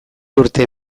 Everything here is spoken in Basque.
urte